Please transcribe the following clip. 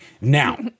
now—